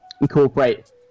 incorporate